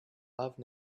love